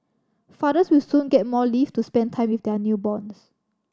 fathers will soon get more leave to spend time with their newborns